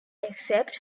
except